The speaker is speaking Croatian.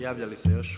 Javlja li se još?